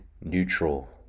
neutral